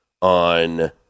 on